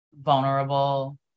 vulnerable